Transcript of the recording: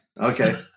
okay